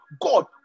God